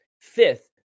fifth